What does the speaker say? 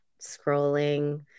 scrolling